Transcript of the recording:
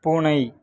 பூனை